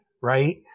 right